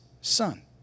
son